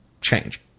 change